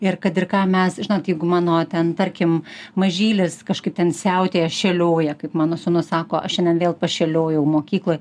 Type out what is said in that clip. ir kad ir ką mes žinot jeigu mano ten tarkim mažylis kažkaip ten siautėja šėlioja kaip mano sūnus sako aš šiandien vėl pašėliojau mokykloj